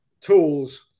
tools